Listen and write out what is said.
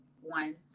one